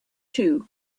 too